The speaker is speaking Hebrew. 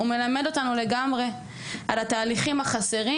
הוא מלמד אותנו על התהליכים החסרים,